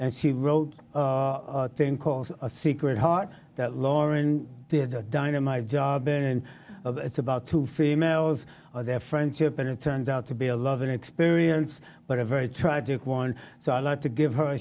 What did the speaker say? and she wrote ten calls a secret heart that lauren did a dynamite job and it's about two females or their friendship and it turns out to be a loving experience but a very tragic one so i like to give her a